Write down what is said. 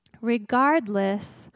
Regardless